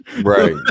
Right